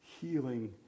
healing